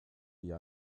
ihr